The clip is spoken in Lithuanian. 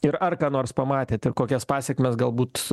ir ar ką nors pamatėte kokias pasekmes galbūt